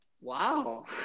Wow